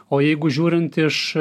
o jeigu žiūrint iš